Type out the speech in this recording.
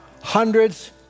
Hundreds